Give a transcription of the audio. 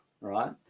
right